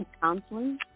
counseling